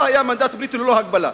לא היה מנדט בריטי ללא הגבלה.